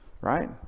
right